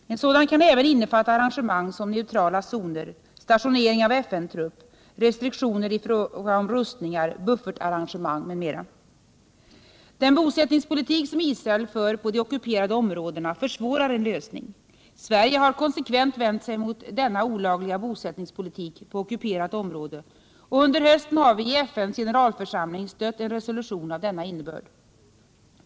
En sådan kan även innefatta arrangemang som neutrala zoner, stationering av FN-trupp, restriktioner i fråga om rustningar, buffertarrangemang m.m. Den bosättningspolitik som Israel för på de ockuperade områdena försvårar en lösning. Sverige har konsekvent vänt sig mot denna olagliga bosättningspolitik på ockuperat område, och under hösten har vi i FN:s generalförsamling stött en resolution av denna innebörd.